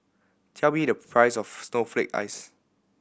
tell me the price of snowflake ice